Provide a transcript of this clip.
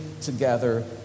together